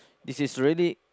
this is really